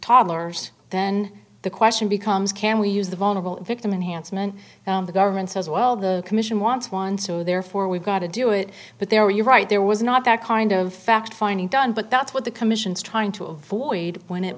toddlers then the question becomes can we use the vulnerable victim and handsome and the government says well the commission wants one so therefore we've got to do it but there are you're right there was not that kind of fact finding done but that's what the commission's trying to avoid when it